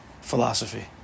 philosophy